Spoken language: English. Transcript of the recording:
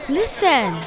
listen